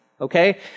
okay